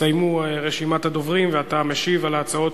הסתיימה רשימת הדוברים, ואתה משיב על ההצעות.